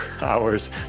hours